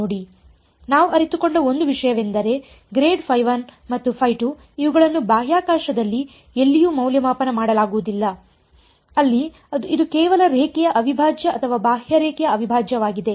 ನಾವು ಅರಿತುಕೊಂಡ ಒಂದು ವಿಷಯವೆಂದರೆ ಮತ್ತು ಇವುಗಳನ್ನು ಬಾಹ್ಯಾಕಾಶದಲ್ಲಿ ಎಲ್ಲಿಯೂ ಮೌಲ್ಯಮಾಪನ ಮಾಡಲಾಗುವುದಿಲ್ಲ ಅಲ್ಲಿ ಇದು ಕೇವಲ ರೇಖೆಯ ಅವಿಭಾಜ್ಯ ಅಥವಾ ಬಾಹ್ಯರೇಖೆಯ ಅವಿಭಾಜ್ಯವಾಗಿದೆ